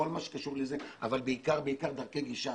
לכל מה שקשור לזה אבל בעיקר דרכי גישה.